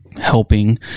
helping